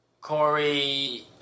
Corey